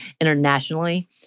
internationally